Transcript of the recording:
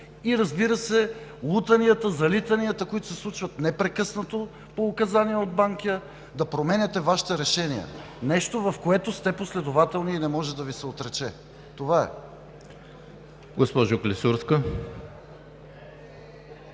и, разбира се, лутанията и залитанията, които се случват непрекъснато по указания от Банкя да променяте Вашите решения – нещо, в което сте последователни и не може да Ви се отрече. Това е. ПРЕДСЕДАТЕЛ